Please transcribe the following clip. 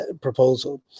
proposal